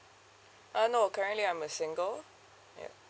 uh no currently I'm a single ya